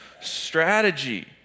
Strategy